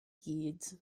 gyd